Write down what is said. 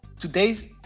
Today's